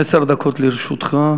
עשר דקות לרשותך.